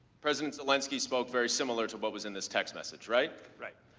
president zelensky spoke very similar to what was in this text message, right? right.